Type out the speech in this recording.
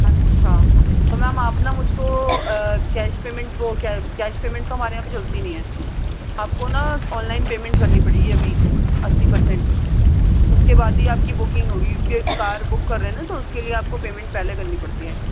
اچھا تو میم آپ نا مجھ کو کیش پیمنٹ وہ کیا کیش پیمنٹ تو ہمارے یہاں پہ چلتی نہیں ہے آپ کو نا آن لائن پیمنٹ کرنی پڑے گی ابھی اَسی پرسینٹ اُس کے بعد ہی آپ کی بکنگ ہوگی اِس لئے کار بک کر رہے ہیں نا تو اُس کے لئے آپ کو پیمنٹ پہلے کرنی پڑتی ہے